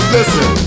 Listen